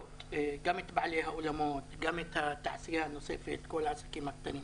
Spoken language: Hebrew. את בעלי האולמות ואת העסקים הנלווים.